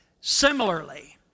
Similarly